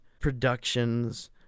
productions